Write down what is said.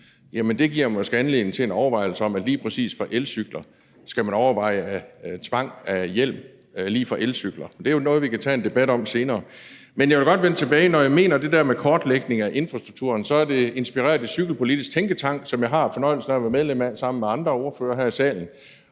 og det giver måske anledning til, at man lige præcis i forbindelse med elcykler skal overveje tvungen brug af hjelm, altså for brugere af elcykler. Det er jo noget, vi kan tage en debat om senere. Men jeg vil godt vende tilbage til, hvorfor jeg mener det der med kortlægningen af infrastrukturen. Det er inspireret af Cykelpolitisk Tænketank, som jeg har fornøjelsen af at være medlem af sammen med andre ordførere her i salen.